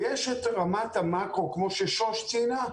ויש את רמת המקרו כמו ששוש ציינה,